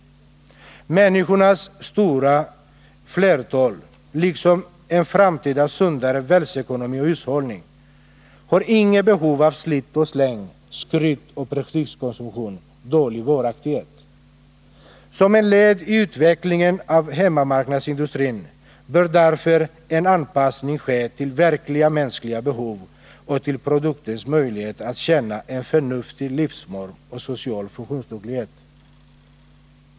Människornas stora flertal, liksom en framtida sundare världsekononii och hushållning, har inget behov av slit-och-släng, av skrytoch prestigekonsumtion, av dålig varaktighet. Som ett led i utvecklingen av hemmamarknadsindustrin bör därför en anpassning ske till verkliga mänskliga behov och till produktens möjlighet att tjäna en förnuftig livsform och social funktionsduglighet.